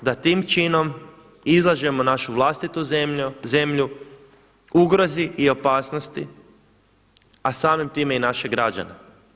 Mislim da tim činom izlažemo našu vlastitu zemlju ugrozi i opasnosti a samim time i naše građane.